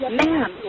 ma'am